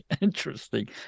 interesting